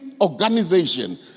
organization